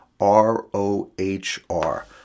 R-O-H-R